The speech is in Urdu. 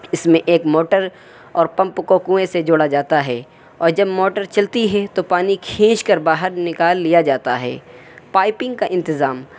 اس میں ایک موٹر اور پمپ کو کنویں سے جوڑا جاتا ہے اور جب موٹر چلتی ہے تو پانی کھینچ کر باہر نکال لیا جاتا ہے پائپنگ کا انتظام